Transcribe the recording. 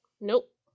nope